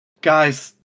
guys